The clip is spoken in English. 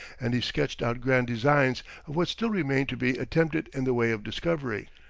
and he sketched out grand designs of what still remained to be attempted in the way of discovery.